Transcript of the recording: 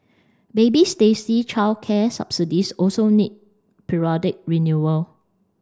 baby Stacey childcare subsidies also need periodic renewal